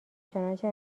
چنانچه